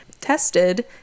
tested